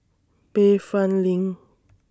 Bayfront LINK